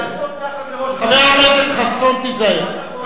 לעשות נחת לראש הממשלה, חבר הכנסת חסון, תיזהר.